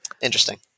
Interesting